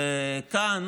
וכאן